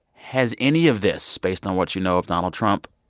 has any of this, based on what you know of donald trump,